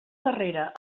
darrera